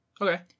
Okay